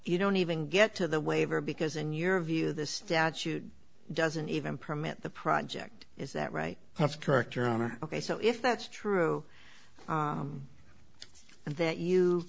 you don't even get to the waiver because in your view the statute doesn't even permit the project is that right that's correct your honor ok so if that's true and that you